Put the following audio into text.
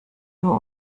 nur